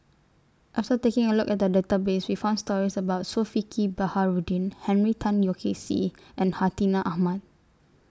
after taking A Look At The Database We found stories about Zulkifli Baharudin Henry Tan Yoke See and Hartinah Ahmad